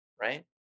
right